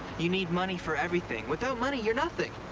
you need money for everything. without money, you're nothing.